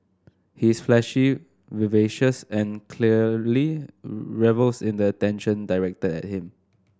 he's flashy vivacious and clearly revels in the attention directed at him